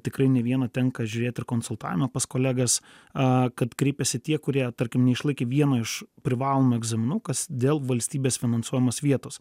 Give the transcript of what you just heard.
tikrai nė vieno tenka žiūrėt ir konsultavimo pas kolegas kad kreipiasi tie kurie tarkim neišlaikė vieno iš privalomų egzaminų kas dėl valstybės finansuojamos vietos